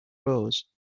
rose